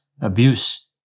abuse